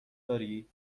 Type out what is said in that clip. داری